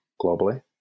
globally